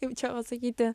kaip čia pasakyti